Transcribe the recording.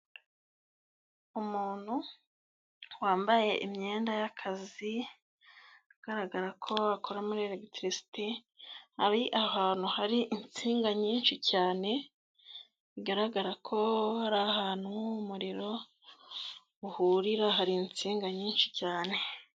Umuntu wambaye imyenda y'akazi agaragara ko akora muri elegitirisiti ari ahantu hari insinga nyinshi cyane bigaragara ko hari ahantu umuriro uhurira hari insinga nyinshi cyane.